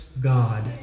God